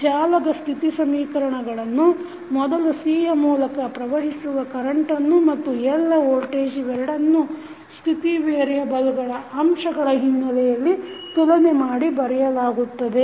ಜಾಲದ ಸ್ಥಿತಿ ಸಮೀಕರಣಗಳನ್ನು ಮೊದಲು C ಯ ಮೂಲಕ ಪ್ರವಹಿಸುವ ಕರೆಂಟನ್ನು ಮತ್ತು L ನ ವೋಲ್ಟೇಜ್ ಇವೆರಡನ್ನೂ ಸ್ಥಿತಿ ವೇರಿಯೆಬಲ್ ಅಂಶಗಳ ಹಿನ್ನೆಲೆಯಲ್ಲಿ ತುಲನೆ ಮಾಡಿ ಬರೆಯಲಾಗುತ್ತದೆ